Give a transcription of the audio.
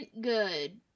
good